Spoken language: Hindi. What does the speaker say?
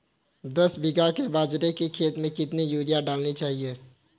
दस बीघा के बाजरे के खेत में कितनी यूरिया डालनी चाहिए?